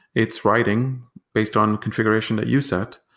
it's writing based on configuration that you set.